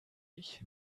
ich